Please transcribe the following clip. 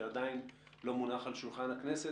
שעדיין לא מונח על שולחן הכנסת.